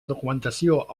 documentació